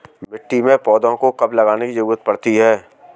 मिट्टी में पौधों को कब लगाने की ज़रूरत पड़ती है?